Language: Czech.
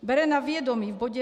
Bere na vědomí v bodě